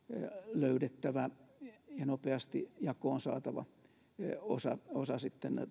löydettävä ja nopeasti jakoon saatava osa osa